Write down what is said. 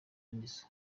nizzo